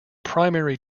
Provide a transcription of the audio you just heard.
primary